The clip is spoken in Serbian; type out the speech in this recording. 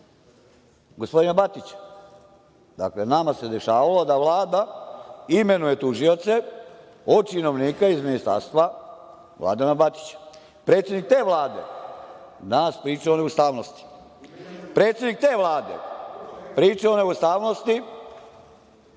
gospodina Batića. Dakle, nama se dešavalo da Vlada imenuje tužioce od činovnika iz ministarstva Vladana Batića. Predsednik te Vlade danas priča o ustavnosti. Predsednik te Vlade priča o neustavnosti